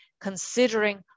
considering